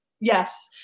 Yes